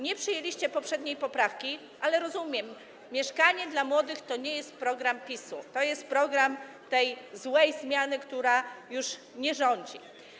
Nie przyjęliście poprzedniej poprawki, ale rozumiem: „Mieszkanie dla młodych” to nie jest program PiS-u, to jest program tej złej zmiany, która już nie rządzi.